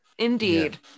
indeed